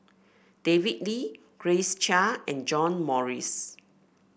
David Lee Grace Chia and John Morrice